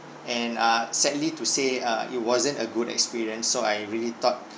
and uh sadly to say uh it wasn't a good experience so I really thought